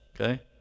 Okay